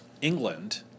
England